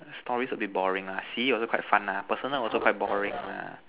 stories a bit boring ah silly also quite fun ah personal also quite boring lah